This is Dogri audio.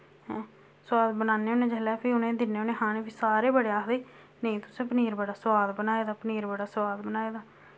सोआद बनान्ने होन्ने जिसलै फ्ही उ'नेंगी दिन्ने होन्ने खाने फ्ही सारे बड़े आखदे नेईं तुसें पनीर बड़ा सोआद बनाए दा पनीर बड़ा सोआद बनाए दा